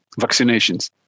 vaccinations